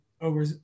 over